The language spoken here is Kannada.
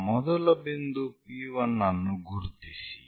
ಆ ಮೊದಲ ಬಿಂದು P1 ಅನ್ನು ಗುರುತಿಸಿ